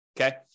Okay